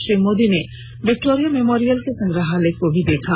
श्री मोदी ने Victoria Memorial के संग्रहालय को भी देखा